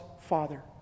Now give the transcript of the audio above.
father